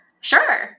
sure